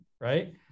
Right